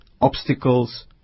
obstacles